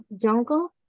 jungle